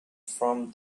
from